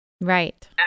Right